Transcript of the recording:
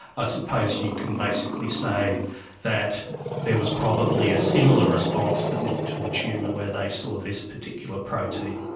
ah suppose you can basically say that there was probably a similar response but not to a tumour where they saw this particular protein.